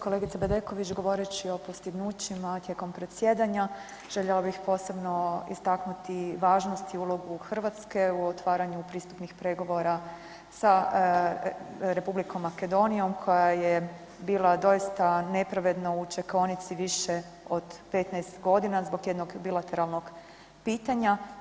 Kolegice Bedeković, govoreći o postignućima tijekom predsjedanja željela bih posebno istaknuti važnost i ulogu RH u otvaranju pristupnih pregovora sa Republikom Makedonijom koja je bila doista nepravedno u čekaonici više od 15 godina zbog jednog bilateralnog pitanja.